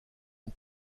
une